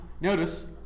notice